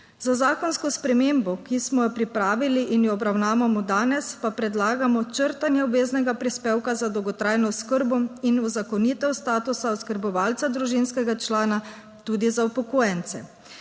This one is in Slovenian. Z zakonsko spremembo, ki smo jo pripravili in jo obravnavamo danes, pa predlagamo črtanje obveznega prispevka za dolgotrajno oskrbo in uzakonitev statusa oskrbovalca družinskega člana tudi za upokojence.